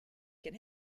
can